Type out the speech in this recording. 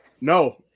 No